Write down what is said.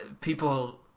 people